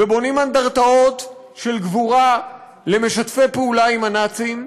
ובונים אנדרטאות של גבורה למשתפי פעולה עם הנאצים,